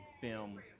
film